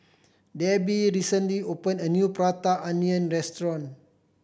Debi recently opened a new Prata Onion restaurant